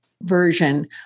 version